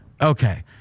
Okay